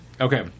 Okay